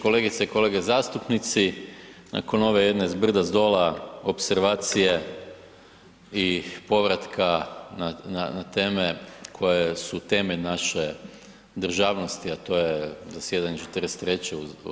Kolegice i kolege zastupnici nakon ove jedne zbrda, zdola opservacije i povratka na teme koje su teme naše državnosti, a to je zasjedanje '43.